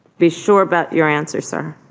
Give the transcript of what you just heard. be sure about your answer sir